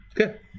Okay